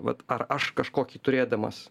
vat ar aš kažkokį turėdamas